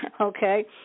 Okay